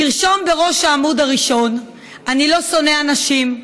תרשום בראש העמוד הראשון: "אני לא שונא אנשים,